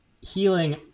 healing